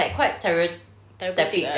therapeutic